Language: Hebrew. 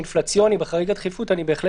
אין הגבלה יישובית ואין בכלל